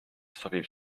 sobib